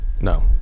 No